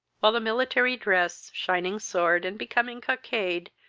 while the military dress, shining sword, and becoming cockade,